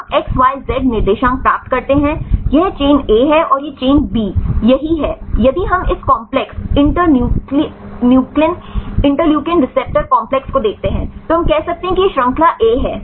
हम x y z निर्देशांक प्राप्त करते हैं यह चेन A है और यह चेन B यहीं है यदि हम इस काम्प्लेक्स जटिल complex इंटरल्यूकिन रिसेप्टर कॉम्प्लेक्स को देखते हैं तो हम कह सकते हैं कि यह श्रृंखला A है